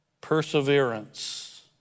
Perseverance